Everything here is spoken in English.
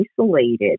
isolated